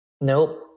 Nope